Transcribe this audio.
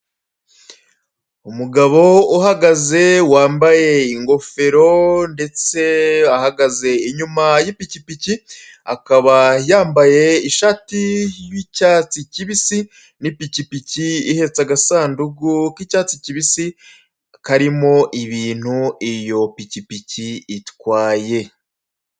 Umugabo uhagaze wambaye ingofero ndetse ahagaze inyuma y'ipikipiki, akaba yambaye ishati y'icyatsi kibisi n'ipikipiki ihetse agasanduku k'icyatsi kibisi, karimo ibintu iyo pikipiki itwaye.